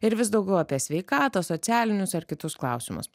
ir vis daugiau apie sveikatos socialinius ar kitus klausimus